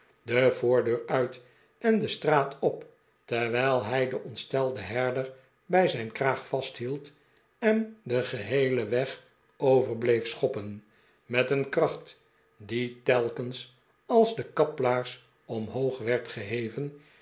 de voordeur uit en de straat op terwijl hij den ontstelden herder bij zijn kraag vasthield en den geheelen weg over bleef schoppen met een kracht die telkens als de kaplaars omhoog werd geheven